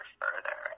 further